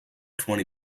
twenty